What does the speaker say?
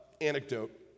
anecdote